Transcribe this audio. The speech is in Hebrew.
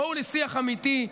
בואו לשיח אמיתי,